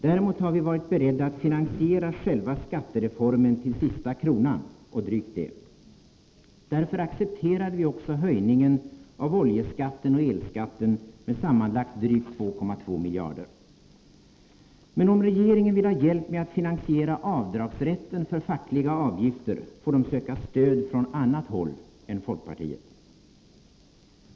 Däremot har vi varit beredda att finansiera själva skattereformen till sista kronan, och drygt det. Därför accepterade vi också höjningen av oljeskatten och elskatten med sammanlagt drygt 2,2 miljarder. Men om regeringen vill ha hjälp med att finansiera avdragsrätten för fackliga avgifter får den söka stöd från annat håll än från folkpartiet.